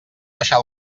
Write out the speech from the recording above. deixar